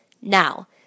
Now